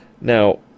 Now